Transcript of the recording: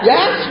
Yes